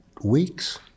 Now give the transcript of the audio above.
weeks